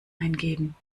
eingeben